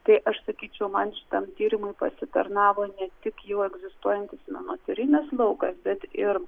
tai aš sakyčiau man šitam tyrimui pasitarnavo ne tik jau egzistuojantis menotyrinis laukas bet ir